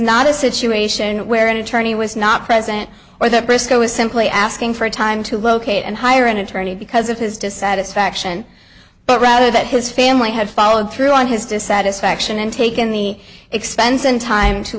not a situation where an attorney was not present or that briscoe was simply asking for a time to locate and hire an attorney because of his dissatisfaction but rather that his family had followed through on his dissatisfaction and taken the expense and time to